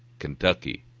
kentucky,